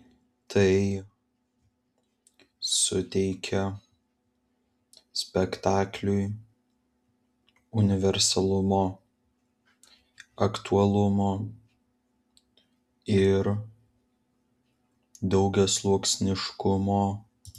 tai suteikia spektakliui universalumo aktualumo ir daugiasluoksniškumo